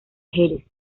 jerez